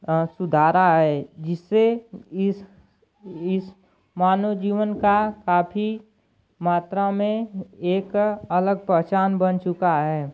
अ सुधारा है जिससे इस इस मानव जीवन का काफ़ी मात्रा में एक अलग पहचान बन चुका है